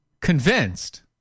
convinced